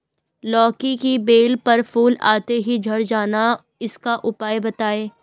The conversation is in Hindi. लौकी की बेल पर फूल आते ही झड़ जाना इसका उपाय बताएं?